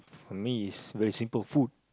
for me is very simple food